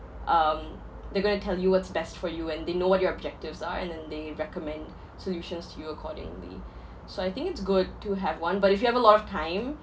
um they're going to tell you what's best for you and they know what your objectives are and then they recommend solutions to you accordingly so I think it's good to have one but if you have a lot of time